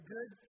good